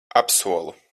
apsolu